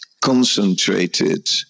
concentrated